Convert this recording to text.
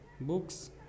books